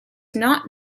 not